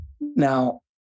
Now